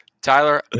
Tyler